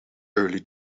early